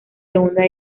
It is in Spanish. segunda